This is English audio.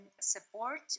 support